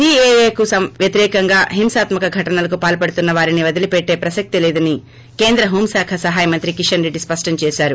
సీఏఏకు వ్యతిరేకంగా హింసాత్మక ఘటనలకు పాల్పడుతున్న వారిని వదిలీపెట్టే ప్రసక్తే లేదని కేంద్ర హోంశాఖ సహాయ మంత్రి కిషన్రెడ్డి స్పష్టం చేశారు